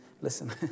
listen